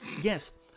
Yes